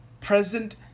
present